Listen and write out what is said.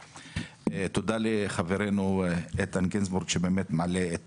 תודה לחברינו איתן גינזבורג שבאמת מעלה את